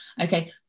okay